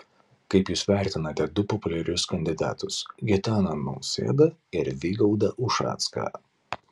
kaip jūs vertinate du populiarius kandidatus gitaną nausėdą ir vygaudą ušacką